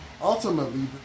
Ultimately